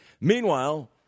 Meanwhile